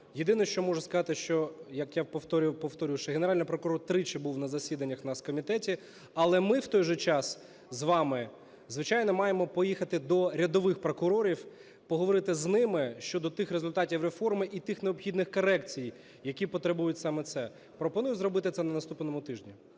Єдине, що можу сказати, що, як я повторю, що Генеральний прокурор тричі був на засіданнях в нас в комітеті, але ми в той же час з вами, звичайно, маємо поїхати до рядових прокурорів ,поговорити з ними щодо тих результатів реформи і тих необхідних корекцій, які потребують саме це. Пропоную зробити це на наступному тижні.